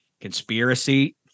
conspiracy